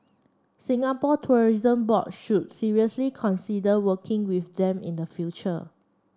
Singapore Tourism Board should seriously consider working with them in the future